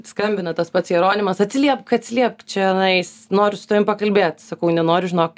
skambina tas pats jeronimas atsiliepk atsiliepk čenais noriu su tavimi pakalbėt sakau nenoriu žinok